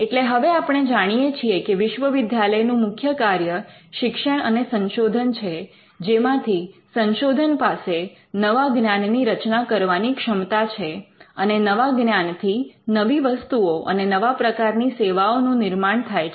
એટલે હવે આપણે જાણીએ છીએ કે વિશ્વવિદ્યાલયનું મુખ્ય કાર્ય શિક્ષણ અને સંશોધન છે જેમાંથી સંશોધન પાસે નવા જ્ઞાનની રચના કરવાની ક્ષમતા છે અને નવા જ્ઞાનથી નવી વસ્તુઓ અને નવા પ્રકારની સેવાઓનું નિર્માણ થાય છે